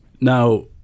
Now